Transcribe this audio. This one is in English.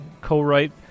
co-write